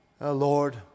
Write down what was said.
Lord